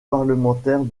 parlementaire